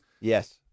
Yes